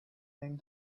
rang